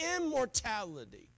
immortality